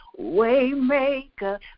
waymaker